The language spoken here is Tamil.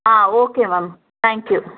ah okay ma'am thank you